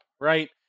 Right